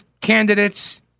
candidates